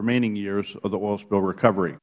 remaining years of the oil spill recovery